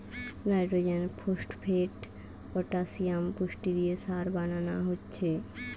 nitrogen, phosphate, potassium পুষ্টি দিয়ে সার বানানা হচ্ছে